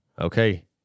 Okay